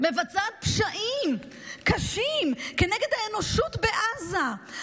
היא מבצעת פשעים קשים כנגד האנושות בעזה,